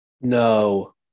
No